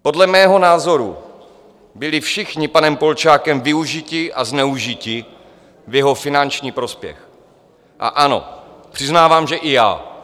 Podle mého názoru byli všichni panem Polčákem využiti a zneužiti v jeho finanční prospěch, a ano, přiznávám, že i já.